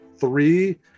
three